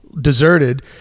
deserted